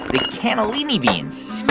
the cannellini beans.